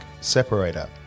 separator